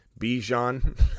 Bijan